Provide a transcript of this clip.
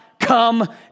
come